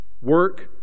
work